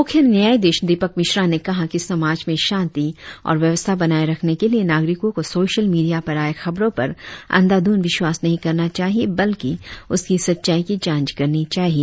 मुख्य न्यायाधीश दिपक मिश्रा ने कहा कि समाज में शांति और व्यवस्था बनाए रखने के लिए नागरिकों को सोशल मीडिया पर आए खबरों पर अंधा ध्रंद विश्वास नही करना चाहिए बल्कि उसकी सच्चाई की जांच करनी चाहिए